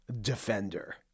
Defender